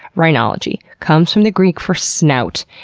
rhinology comes from the greek for snout.